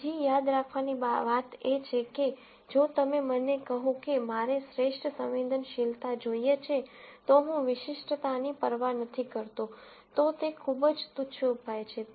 બીજી યાદ રાખવાની વાત એ છે કે જો તમે મને કહો કે મારે શ્રેષ્ઠ સંવેદનશીલતા જોઈએ છે તો હું વિશિષ્ટતાની પરવા નથી કરતો તો તે ખૂબ જ તુચ્છ ઉપાય છે